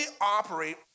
operate